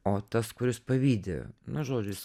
o tas kuris pavydi nu žodžiu jis